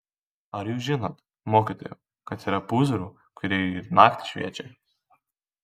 ar jūs žinot mokytojau kad yra pūzrų kurie ir naktį šviečia